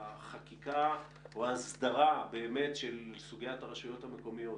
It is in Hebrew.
החקיקה או ההסדרה של סוגיית רשויות המקומיות